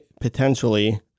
potentially